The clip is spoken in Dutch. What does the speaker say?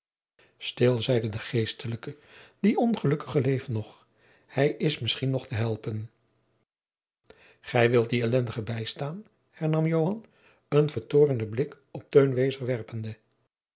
stil zeide de geestelijke die ongelukkige jacob van lennep de pleegzoon leeft nog hij is misschien nog te helpen gij wilt dien elendige bijstaan hernam joan een vertoornden blik op